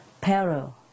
peril